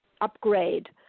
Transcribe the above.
upgrade